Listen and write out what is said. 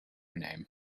name